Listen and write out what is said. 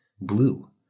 Blue